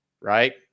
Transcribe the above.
right